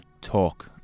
talk